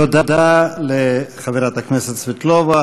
תודה לחברת הכנסת סבטלובה.